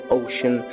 ocean